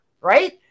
Right